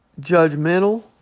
judgmental